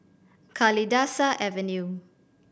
Kalidasa Avenue